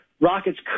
Rockets